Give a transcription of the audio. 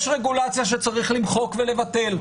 יש רגולציה שצריך למחוק ולבטל,